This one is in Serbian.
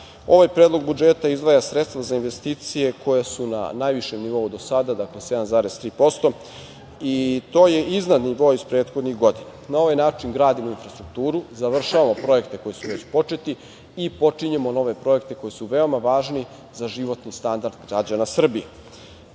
predlog budžeta izdvaja sredstva za investicije koje su na najvišem nivou do sada, dakle, 7,3%. To je iznad nivoa iz prethodnih godina. Na ovaj način gradimo infrastrutkuru, završavamo projekte koji su već početi i počinjemo nove projekte koji su veoma važni za životni standard građana Srbije. Juče